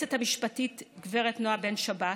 ליועצת המשפטית גב' נעה בן שבת,